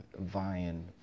vying